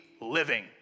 living